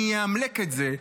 אני אאמל"ק את זה,